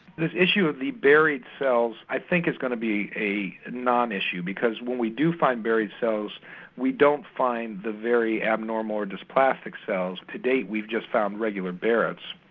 this issue of the buried cells, i think it's going to be a non-issue because when we do find buried cells we don't find the very abnormal or dysplastic cells, to date we've just found regular barrett's.